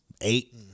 eight